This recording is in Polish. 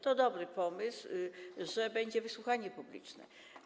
To dobry pomysł, że będzie wysłuchanie publiczne.